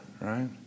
right